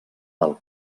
del